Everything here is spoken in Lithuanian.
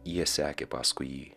jie sekė paskui jį